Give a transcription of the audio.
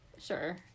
Sure